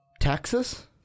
Texas